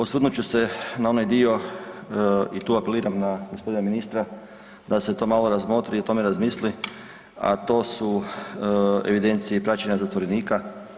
Osvrnut ću se na onaj dio i tu apeliram na gospodina ministra da se to malo razmotri i o tome razmisli, a to su evidencije i praćenja zaposlenika.